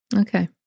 Okay